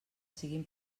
siguin